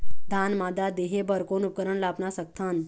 धान मादा देहे बर कोन उपकरण ला अपना सकथन?